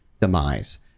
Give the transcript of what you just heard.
demise